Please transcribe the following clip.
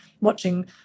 watching